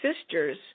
sisters